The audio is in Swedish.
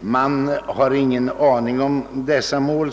Man har såvitt jag förstår ingen aning om dessa mål.